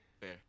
Fair